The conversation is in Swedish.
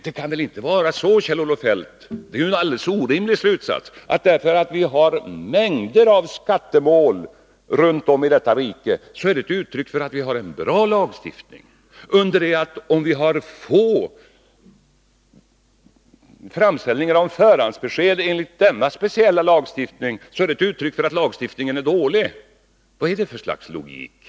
Det måste vara att dra en alldeles orimlig slutsats, Kjell-Olof Feldt, om man säger att det faktum att vi har en mängd skattemål runt om i landet är ett uttryck för en bra lagstiftning. Om det däremot kommer få framställningar om förhandsbesked enligt denna speciella lagstiftning, så är det ett uttryck för att lagstiftningen är dålig. Vad är det för slags logik?